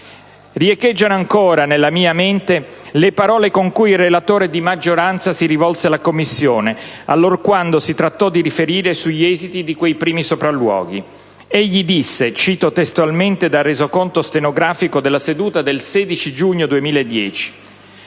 Riecheggiano ancora nella mia mente le parole con cui il relatore di maggioranza si rivolse alla Commissione, allorquando si trattò di riferire sugli esiti di quei primi sopralluoghi. Citando testualmente le sue parole dal resoconto stenografico della seduta del 16 giugno 2010,